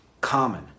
Common